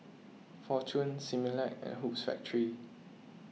fortune Similac and Hoops Factory